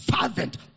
fervent